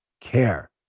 care